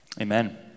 Amen